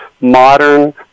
modern